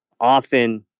often